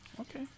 Okay